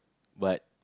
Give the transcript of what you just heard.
but